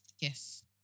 Yes